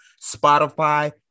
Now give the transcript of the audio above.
Spotify